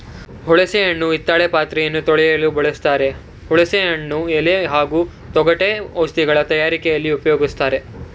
ಹುಣಸೆ ಹಣ್ಣು ಹಿತ್ತಾಳೆ ಪಾತ್ರೆ ತೊಳೆಯಲು ಬಳಸ್ತಾರೆ ಹುಣಸೆ ಹಣ್ಣು ಎಲೆ ಹಾಗೂ ತೊಗಟೆ ಔಷಧಗಳ ತಯಾರಿಕೆಲಿ ಉಪ್ಯೋಗಿಸ್ತಾರೆ